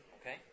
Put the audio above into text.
Okay